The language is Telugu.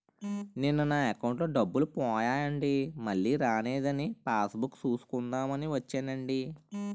నిన్న నా అకౌంటులో డబ్బులు పోయాయండి మల్లీ రానేదని పాస్ బుక్ సూసుకుందాం అని వచ్చేనండి